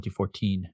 2014